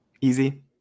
Easy